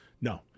No